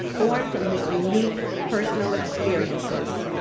born from his unique personal experiences.